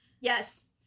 Yes